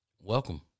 Welcome